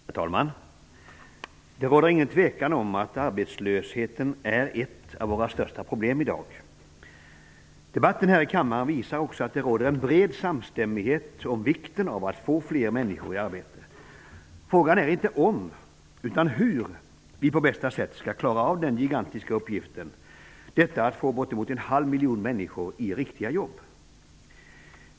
Herr talman! Det råder inget tvivel om att arbetslösheten är ett av våra största problem i dag. Debatten här i kammaren visar också att det råder en bred samstämmighet om vikten av att få fler människor i arbete. Frågan är inte om utan hur vi på bästa sätt skall klara av den gigantiska uppgiften att få bortemot en halv miljon människor i riktiga jobb.